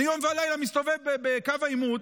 אני יום ולילה מסתובב בקו העימות,